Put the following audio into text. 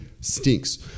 stinks